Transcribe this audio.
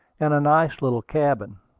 and a nice little cabin.